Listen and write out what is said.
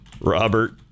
Robert